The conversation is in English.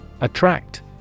Attract